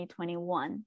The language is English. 2021